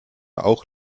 auch